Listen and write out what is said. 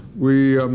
we,